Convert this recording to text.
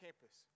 campus